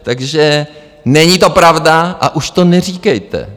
Takže není to pravda a už to neříkejte!